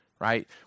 right